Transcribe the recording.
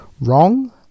wrong